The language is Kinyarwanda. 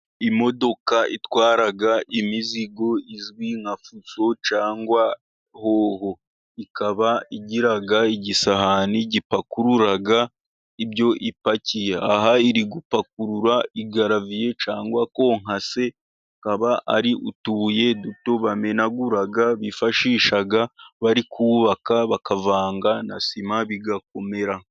Imodoka itwara imizigo izwi nka fuso cyangwa hoho. Ikaba igira igisahani gipakurura ibyo ipakiye. Aha iri gupakurura igaraviye cyangwa konkase. Akaba ari utubuye duto bamenaguraga, bifashisha bari kubaka, bakavanga na sima bigakomera.